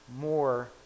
more